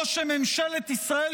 או שממשלת ישראל,